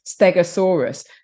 stegosaurus